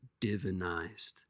divinized